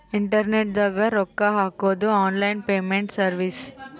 internet ದಾಗ ರೊಕ್ಕ ಹಾಕೊದು ಆನ್ಲೈನ್ ಪೇಮೆಂಟ್ ಸರ್ವಿಸ್